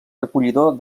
recollidor